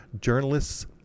journalists